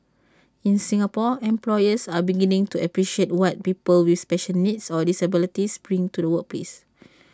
in Singapore employers are beginning to appreciate what people with special needs or disabilities bring to the workplace